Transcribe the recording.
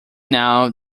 now